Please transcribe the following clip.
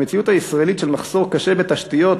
במציאות הישראלית של מחסור קשה בתשתיות,